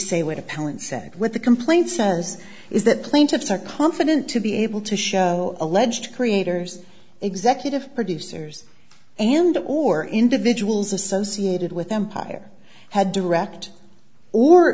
said what the complaint says is that plaintiffs are confident to be able to show alleged creators executive producers and or individuals associated with empire had direct or